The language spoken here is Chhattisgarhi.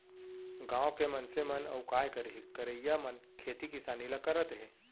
गॉंव के मनसे मन अउ काय करहीं करइया मन खेती किसानी ल करत हें